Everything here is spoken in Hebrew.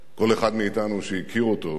כל אחד מאתנו שהכיר אותו יודע